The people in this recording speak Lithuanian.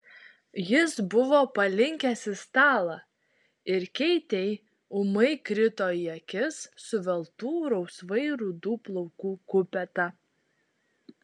jis buvo palinkęs į stalą ir keitei ūmai krito į akis suveltų rausvai rudų plaukų kupeta